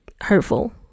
hurtful